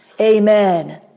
amen